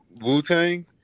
Wu-Tang